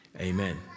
amen